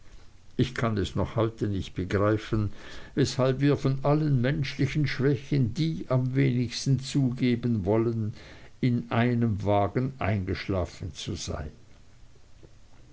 ich kann es noch heute nicht begreifen weshalb wir von allen menschlichen schwächen die am wenigsten zugeben wollen in einem wagen eingeschlafen zu sein